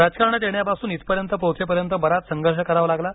राजकारणात येण्यापासून इथपर्यंत पोहोचेपर्यंत बराच संघर्ष करावा लागला